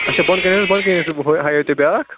اچھا بۄنہٕ کَنہِ حظ بۄنہٕ کَنہِ ہایو تۄہہِ بیاکھ